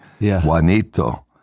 Juanito